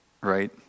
right